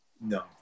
No